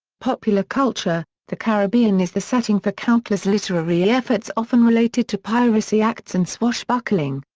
popular culture the caribbean is the setting for countless literary efforts often related to piracy acts and swashbuckling.